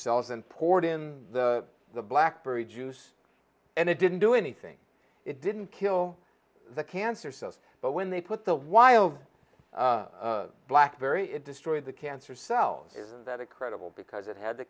cells and poured in the the black berry juice and it didn't do anything it didn't kill the cancer cells but when they put the wild blackberry it destroyed the cancer cells isn't that incredible because it had the